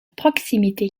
proximité